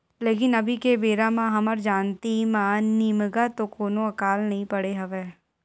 लेकिन अभी के बेरा म हमर जानती म निमगा तो कोनो अकाल नइ पड़े हवय